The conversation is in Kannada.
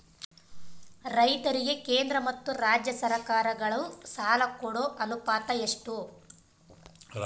ರೈತರಿಗೆ ಕೇಂದ್ರ ಮತ್ತು ರಾಜ್ಯ ಸರಕಾರಗಳ ಸಾಲ ಕೊಡೋ ಅನುಪಾತ ಎಷ್ಟು?